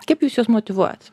kaip jūs juos motyvuojat